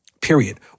Period